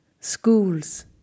schools